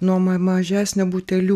nuo ma mažesnio buteliu